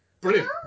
brilliant